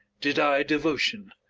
did i devotion.